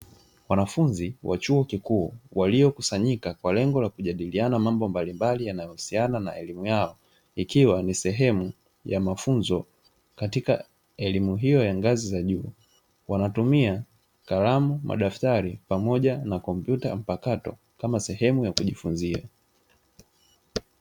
Wanafunzi wa chuo kikuu, waliokusanyika kwa lengo la kujadiliana mambo mbalimbali yanayohusiana na elimu yao, ikiwa ni sehemu ya mafunzo katika elimu hiyo ya ngazi za juu, wanatumia kalamu, madaftari pamoja na kompyuta mpakato kama sehemu ya kujifunzia.